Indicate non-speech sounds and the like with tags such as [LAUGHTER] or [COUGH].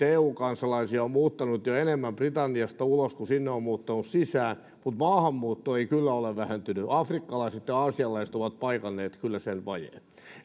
[UNINTELLIGIBLE] eu kansalaisia on muuttanut jo enemmän britanniasta ulos kuin sinne on muuttanut sisään mutta maahanmuutto ei kyllä ole vähentynyt afrikkalaiset ja aasialaiset ovat paikanneet kyllä sen